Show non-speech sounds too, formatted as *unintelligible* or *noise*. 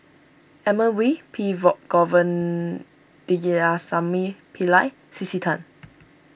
Edmund Wee P *unintelligible* Pillai C C Tan